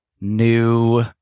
new